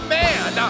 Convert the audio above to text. man